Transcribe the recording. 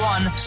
One